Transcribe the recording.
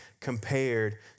compared